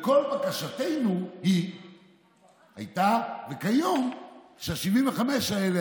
כל בקשתנו הייתה והיא כיום שה-75% האלה,